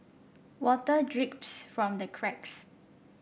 water drips from the cracks